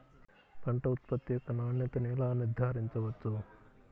పంట ఉత్పత్తి యొక్క నాణ్యతను ఎలా నిర్ధారించవచ్చు?